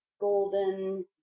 golden